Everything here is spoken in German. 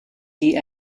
die